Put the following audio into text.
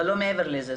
אבל לא מעבר לזה.